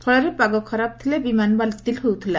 ଫଳରେ ପାଗ ଖରାପ ଥିଲେ ବିମାନ ବାତିଲ୍ ହେଉଥିଲା